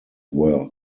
were